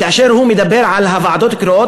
כאשר הוא מדבר על הוועדות הקרואות,